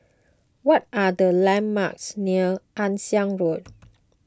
what are the landmarks near Ann Siang Road